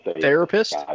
Therapist